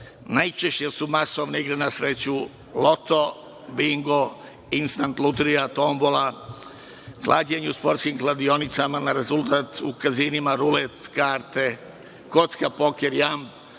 Najčešće su masovne igre na sreću, loto, bingo, instant lutrija, tombola, klađenje u sportskim kladionicama na rezultat u kazinima, rulet, karte, kocka, poker, jamb,